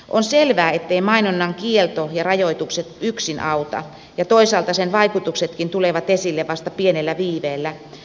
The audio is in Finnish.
on selvää etteivät mainonnan kielto ja rajoitukset yksin auta ja toisaalta sen vaikutuksetkin tulevat esille vasta pienellä viiveellä